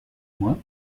moi